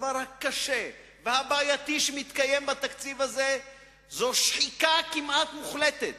הדבר הקשה והבעייתי שמתקיים בתקציב הזה הוא שחיקה כמעט מוחלטת